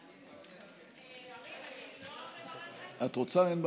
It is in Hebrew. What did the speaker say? ביקשתם לקצר את זה